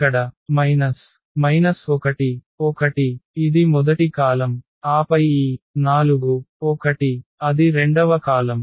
ఇక్కడ 1 1 ఇది మొదటి కాలమ్ ఆపై ఈ 4 1 అది రెండవ కాలమ్